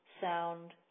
sound